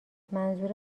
منظور